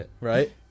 right